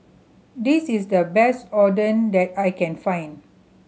this is the best Oden that I can find